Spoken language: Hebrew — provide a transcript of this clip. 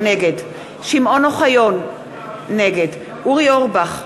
נגד שמעון אוחיון, נגד אורי אורבך,